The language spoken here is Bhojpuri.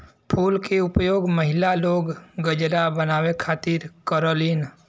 फूल के उपयोग महिला लोग गजरा बनावे खातिर करलीन